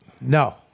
No